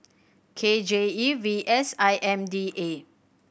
K J E V S I M D A